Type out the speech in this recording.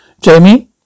Jamie